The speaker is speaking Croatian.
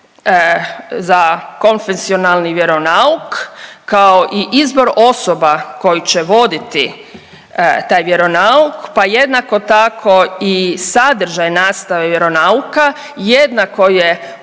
za konfesionalni vjeronauk kao i izbor osoba koji će voditi taj vjeronauk, pa jednako tako i sadržaj nastave vjeronauka jednako je ugovoren